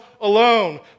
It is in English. alone